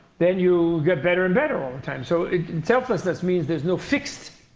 then you get better and better all the time. so selflessness means there's no fixed,